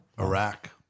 Iraq